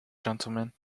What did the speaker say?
gentleman